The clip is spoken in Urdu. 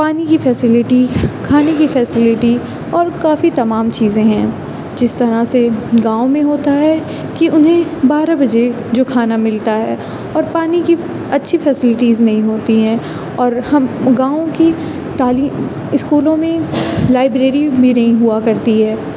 پانی کی فیسیلیٹی کھانے کی فیسیلیٹی اور کافی تمام چیزیں ہیں جس طرح سے گاؤں میں ہوتا ہے کی انہیں بارہ بجے جو کھانا ملتا ہے اور پانی کی اچھی فیسیلیٹیز نہیں ہوتی ہیں اور ہم گاؤں کی تعلیم اسکولوں میں لائبریری بھی نہیں ہوا کرتی ہے